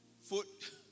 foot